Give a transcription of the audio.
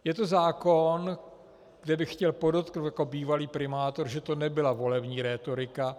Je to zákon, kde bych chtěl podotknout jako bývalý primátor, že to nebyla volební rétorika.